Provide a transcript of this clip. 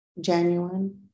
genuine